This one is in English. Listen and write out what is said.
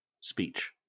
speech